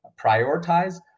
prioritize